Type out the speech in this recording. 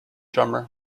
drummer